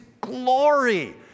glory